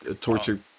torture